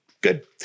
Good